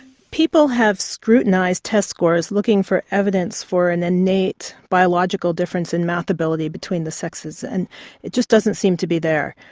people have scrutinised test scores, looking for evidence for an innate biological difference in math ability between the sexes, and it just doesn't seem to be there.